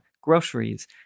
groceries